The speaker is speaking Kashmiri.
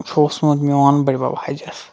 چھُ اوسمُت میون بٕڈۍ بَب حَجَس